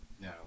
no